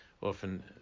often